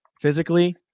physically